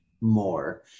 more